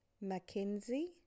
Mackenzie